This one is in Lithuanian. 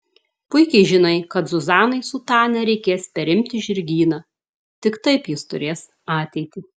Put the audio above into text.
puikiai žinai kad zuzanai su tania reikės perimti žirgyną tik taip jis turės ateitį